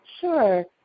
Sure